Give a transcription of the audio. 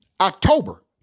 October